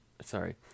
sorry